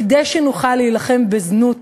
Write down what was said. כדי שנוכל להילחם בזנות